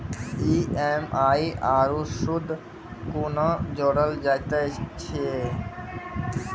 EMI आरू सूद कूना जोड़लऽ जायत ऐछि?